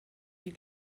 die